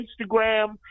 Instagram